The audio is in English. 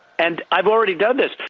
and i've already done this.